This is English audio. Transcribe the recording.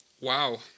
Wow